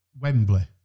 Wembley